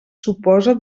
suposa